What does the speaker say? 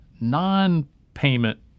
non-payment